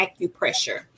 acupressure